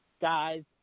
guys